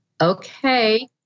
okay